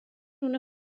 una